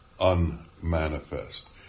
unmanifest